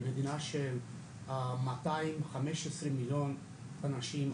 במדינה של 215 מיליון אנשים.